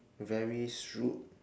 very shrewd